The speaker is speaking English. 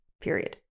period